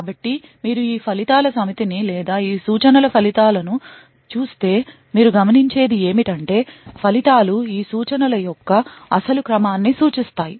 కాబట్టి మీరు ఈ ఫలితాల సమితిని లేదా ఈ సూచనల ఫలితాలను చూస్తే మీరు గమనించేది ఏమిటంటే ఫలితాలు ఈ సూచనల యొక్క అసలు క్రమాన్ని సూచిస్తాయి